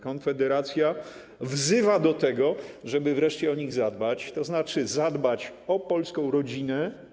Konfederacja wzywa do tego, żeby wreszcie o nich zadbać, to znaczy zadbać o polską rodzinę.